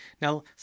Now